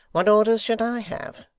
what orders should i have?